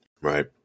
right